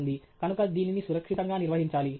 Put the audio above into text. కనుక దీనిని సురక్షితంగా నిర్వహించాలి